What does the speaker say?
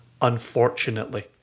unfortunately